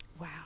Wow